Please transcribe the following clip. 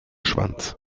schwanz